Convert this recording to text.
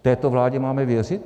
Této vládě máme věřit?